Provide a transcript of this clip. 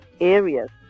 areas